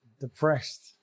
Depressed